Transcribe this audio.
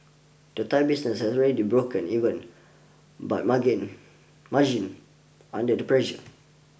the Thai business has already broken even but margins margins under the pressure